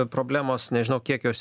problemos nežinau kiek jos